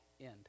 end